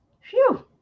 Phew